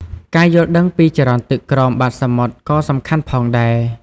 ការយល់ដឹងពីចរន្តទឹកក្រោមបាតសមុទ្រក៏សំខាន់ផងដែរ។